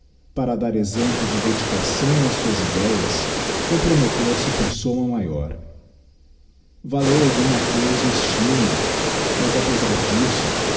para dar exemplo de dedicação ás suas ideias comprometteu se por somma maior valeu alguma cousa o estimulo mas apezar disto